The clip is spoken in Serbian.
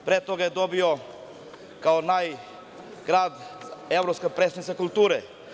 Pre toga je dobio kao naj grad evropska prestonica kulture.